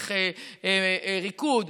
דרך ריקוד,